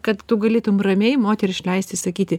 kad tu galėtum ramiai moterį išleisti sakyti